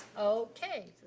okay.